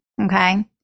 okay